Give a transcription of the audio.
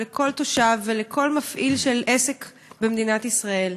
לכל תושב ולכל מפעיל של עסק במדינת ישראל.